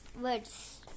words